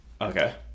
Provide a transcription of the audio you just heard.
okay